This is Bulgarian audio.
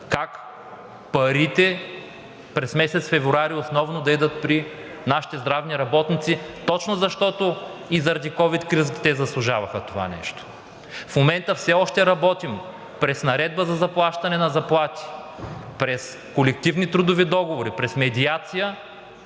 как парите през месец февруари основно да отидат при нашите здравни работници точно защото заради ковид кризата заслужаваха това нещо. В момента все още работим през наредба за заплащане на заплати, през колективни трудови договори, през медиация